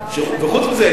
וחוץ מזה,